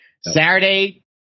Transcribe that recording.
Saturday